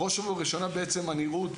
בראש ובראשונה בעצם הנראות,